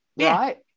right